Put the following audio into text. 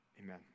Amen